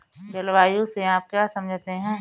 जलवायु से आप क्या समझते हैं?